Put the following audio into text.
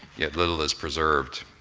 yet little is preserved.